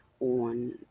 on